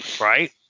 right